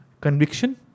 conviction